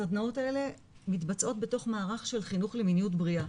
הסדנאות האלה מתבצעות בתוך מערך של חינוך למיניות בריאה,